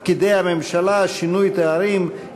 פקידי הממשלה (שינוי תארים),